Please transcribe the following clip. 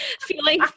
Feeling